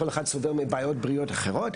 כל אחד סובל מבעיות בריאות אחרות,